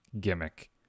gimmick